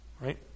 Right